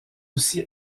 aussi